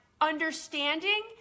understanding